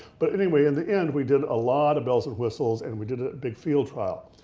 but anyway in the end, we did a lot of bells and whistles and we did a big field trial.